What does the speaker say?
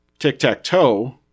tic-tac-toe